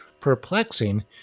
perplexing